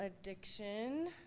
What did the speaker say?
addiction